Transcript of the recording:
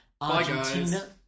Argentina